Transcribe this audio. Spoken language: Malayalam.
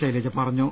ശൈലജ പറഞ്ഞു